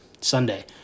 Sunday